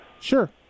Sure